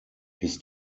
his